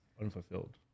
Unfulfilled